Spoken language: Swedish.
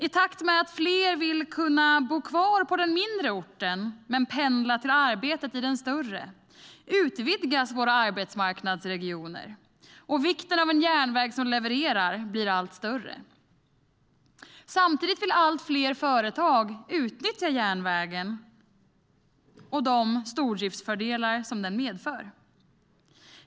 I takt med att fler vill kunna bo kvar på den mindre orten men pendla till arbetet i den större utvidgas våra arbetsmarknadsregioner, och vikten av en järnväg som levererar blir allt större. Samtidigt vill allt fler företag utnyttja järnvägen och de stordriftsfördelar som det medför.